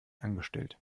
angestellt